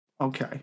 okay